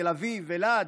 תל אביב ואלעד.